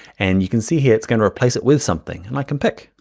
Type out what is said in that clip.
and you can see here it's gonna replace it with something. and i can pick.